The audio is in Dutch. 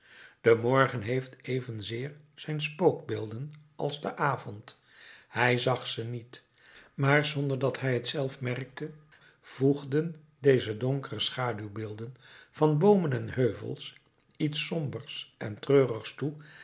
de morgen heeft evenzeer zijn spookbeelden als de avond hij zag ze niet maar zonder dat hij t zelf merkte voegden deze donkere schaduwbeelden van boomen en heuvels iets sombers en treurigs toe